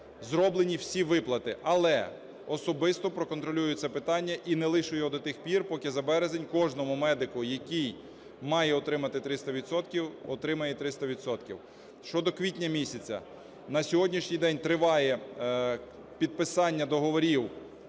зроблені всі виплати. Але особисто проконтролюю це питання і не лишу його до тих пір, поки за березень кожен медик, який має отримати 300 відсотків, отримає 300 відсотків. Щодо квітня місяця. На сьогоднішній день триває підписання договорів